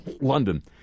London